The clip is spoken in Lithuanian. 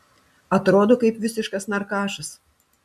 atrodo kaip visiškas narkašas